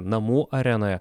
namų arenoje